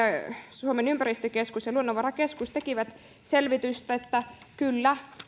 suomen ympäristökeskus ja luonnonvarakeskus tekivät selvitystä että kyllä